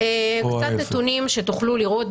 קצת נתונים שתוכלו לראות.